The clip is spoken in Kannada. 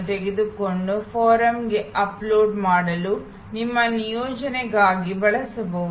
ತೆಗೆದುಕೊಂಡು ಫೋರಂಗೆ ಅಪ್ಲೋಡ್ ಮಾಡಲು ನಿಮ್ಮ ನಿಯೋಜನೆಗಾಗಿ ಬಳಸಬಹುದು